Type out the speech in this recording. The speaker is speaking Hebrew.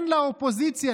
לאופוזיציה,